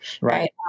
right